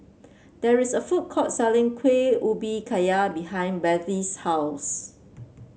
there is a food court selling Kueh Ubi Kayu behind Bethzy's house